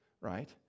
right